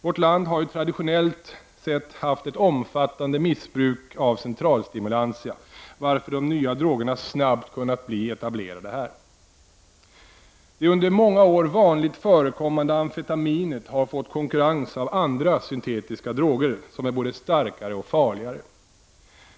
Vårt land har ju traditionellt sett haft ett omfattande missbruk av centralstimulantia, varför de nya drogerna snabbt kunnat bli etablerade här. Det under många år vanligt förekommande amfetaminet har fått konkurrens av andra syntetiska droger som är både starkare och farligare.